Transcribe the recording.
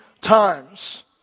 times